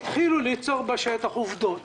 התחילו ליצור בשטח עובדות